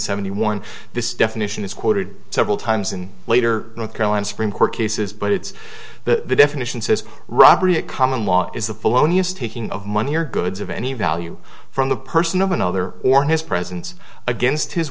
seventy one this definition is quoted several times in later north carolina supreme court cases but it's the definition says robbery a common law is the polonius taking of money or goods of any value from the person of another or his presence against his